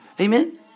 Amen